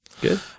good